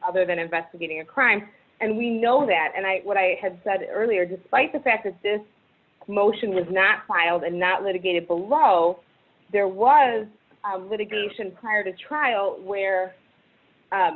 other than investigating a crime and we know that and i what i had said earlier despite the fact that this motion was not filed and not litigated below there was litigation prior to trial where